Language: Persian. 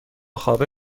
خوابه